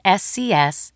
scs